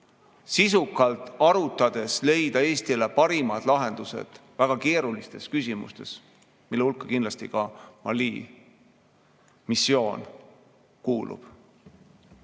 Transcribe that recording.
sisukalt arutades leida Eestile parimad lahendused väga keerulistes küsimustes, mille hulka kuulub kindlasti ka Mali missioon.